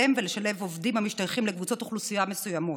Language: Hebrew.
ולשלב עובדים המשתייכים לקבוצות אוכלוסייה מסוימות.